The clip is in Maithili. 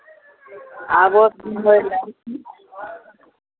आबथु घुमय लेल